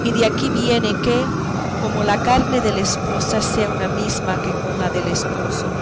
y de aquí viene que como la carne de la esposa sea una mesma con la del esposo